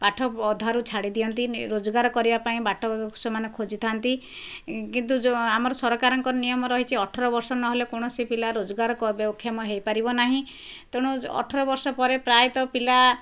ପାଠ ଅଧାରୁ ଛାଡ଼ି ଦିଅନ୍ତି ରୋଜଗାର କରିବା ପାଇଁ ବାଟ ସେମାନେ ଖୋଜିଥାନ୍ତି କିନ୍ତୁ ଆମ ସରକାରଙ୍କର ନିୟମ ରହିଛି ଅଠର ବର୍ଷ ନହେଲେ କୌଣସି ପିଲା ରୋଜଗାର କ୍ଷମ ହୋଇପାରିବ ନାହିଁ ତେଣୁ ଅଠର ବର୍ଷ ପରେ ପ୍ରାୟ ତ ପିଲା